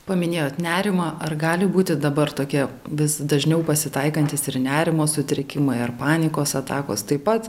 paminėjot nerimą ar gali būti dabar tokia vis dažniau pasitaikantis ir nerimo sutrikimai ar panikos atakos taip pat